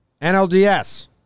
NLDS